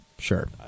Sure